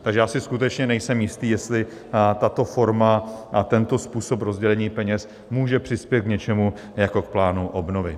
Takže já si skutečně nejsem jistý, jestli tato forma a tento způsob rozdělení peněz může přispět k něčemu jako k plánu obnovy.